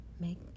Make